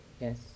Yes